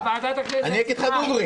אני אגיד לך דוגרי.